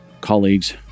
colleagues